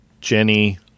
Jenny